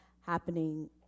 happening